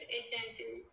agency